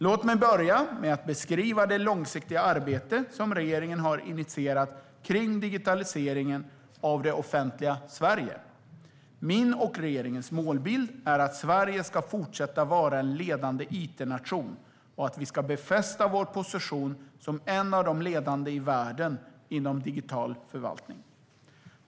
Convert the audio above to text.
Låt mig börja med att beskriva det långsiktiga arbete som regeringen har initierat kring digitaliseringen av det offentliga Sverige. Min och regeringens målbild är att Sverige ska fortsätta att vara en ledande it-nation och att vi ska befästa vår position som en av de ledande i världen inom digital förvaltning.